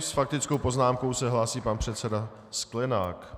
S faktickou poznámkou se hlásí pan předseda Sklenák.